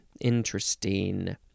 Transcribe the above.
Interesting